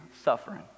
suffering